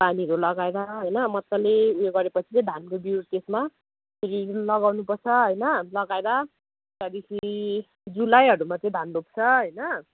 पानीहरू लगाएर होइन मजाले उयो गरेपछि चाहिँ धानको बिउँ त्यसमा फेरि लगाउनुपर्छ होइन लगाएर त्यहाँदेखि जुलाईहरूमा चाहिँ धान रोप्छ होइन